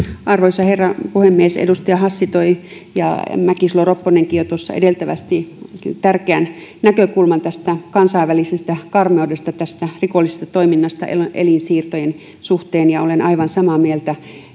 arvoisa herra puhemies edustajat hassi ja mäkisalo ropponenkin toivat jo tuossa edeltävästi tärkeän näkökulman tästä kansainvälisestä karmeudesta tästä rikollisesta toiminnasta elinsiirtojen suhteen ja olen aivan samaa mieltä